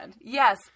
Yes